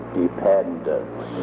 dependence